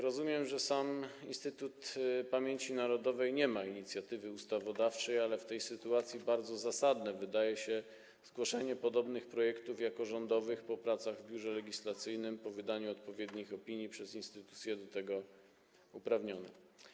Rozumiem, że Instytut Pamięci Narodowej nie ma inicjatywy ustawodawczej, ale w tej sytuacji bardziej zasadne wydaje się zgłaszanie podobnych projektów jako rządowych, po pracach w Biurze Legislacyjnym, po wydaniu odpowiednich opinii przez instytucje do tego uprawnione.